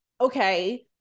okay